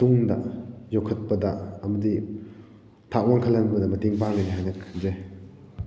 ꯇꯨꯡꯗ ꯌꯣꯛꯈꯠꯄꯗ ꯑꯃꯗꯤ ꯊꯥꯛ ꯋꯥꯡꯈꯠꯍꯟꯕꯗ ꯃꯇꯦꯡ ꯄꯥꯡꯒꯅꯤ ꯍꯥꯏꯅ ꯈꯟꯖꯩ